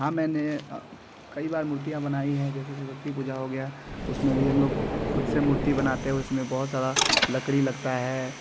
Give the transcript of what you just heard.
हाँ मैंने कई बार मूर्तियाँ बनाई है जैसे सरस्वती पूजा हो गया उसमें भी हम लोग खुद से मूर्ती बनाते हैं उसमें बहुत सारा लकड़ी लगता है